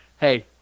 Hey